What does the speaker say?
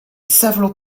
several